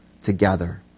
together